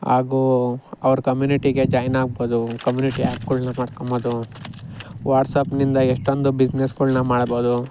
ಹಾಗೂ ಅವ್ರ ಕಮ್ಯುನಿಟಿಗೆ ಜಾಯ್ನ್ ಆಗ್ಬೊದು ಕಮ್ಯುನಿಟಿ ಆ್ಯಪ್ಗಳ್ನ ಮಾಡ್ಕಬೊದು ವಾಟ್ಸಾಪ್ನಿಂದ ಎಷ್ಟೊಂದು ಬಿಸ್ನೆಸ್ಗಳ್ನ ಮಾಡ್ಬೊದು